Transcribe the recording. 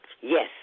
Yes